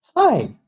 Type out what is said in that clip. Hi